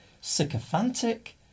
sycophantic